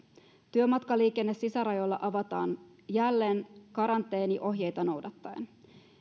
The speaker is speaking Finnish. työmatkaliikenne sisärajoilla avataan jälleen karanteeniohjeita noudattaen